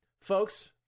Folks